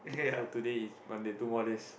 so today is Monday two more days